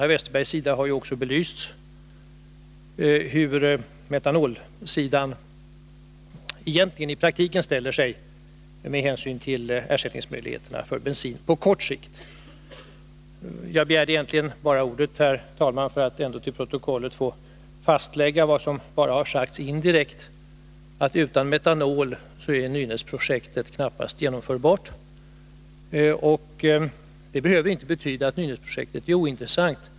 Herr Westerberg har ju också belyst hur det ställer sig med möjligheterna att på kort sikt ersätta bensin med metanol. Jag begärde egentligen ordet, herr talman, för att till protokollet få antecknat vad som här bara indirekt sagts: Utan metanol är Nynäsprojektet knappast genomförbart. Det behöver inte betyda att Nynäsprojektet är ointressant.